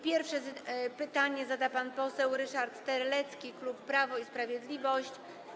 Pierwsze pytanie zada pan poseł Ryszard Terlecki, klub Prawo i Sprawiedliwość.